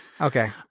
okay